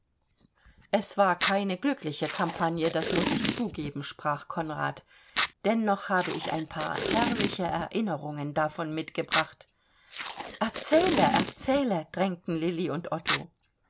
es war keine glückliche campagne das muß ich zugeben sprach konrad dennoch habe ich ein paar herrliche erinnerungen davon mitgebracht erzähle erzähle drängten lilli und otto